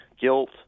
guilt